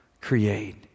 create